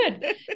good